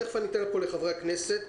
תכף אתן לחברי הכנסת.